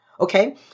Okay